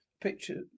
Picture